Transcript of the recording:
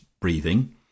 breathing